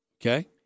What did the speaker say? Okay